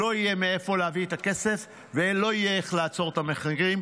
לא יהיה מאיפה להביא את הכסף ולא יהיה איך לעצור את המחירים.